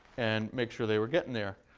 and make sure they were getting there.